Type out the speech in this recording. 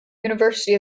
university